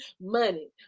Money